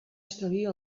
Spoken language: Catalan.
estalvia